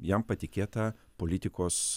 jam patikėtą politikos